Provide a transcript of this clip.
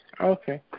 Okay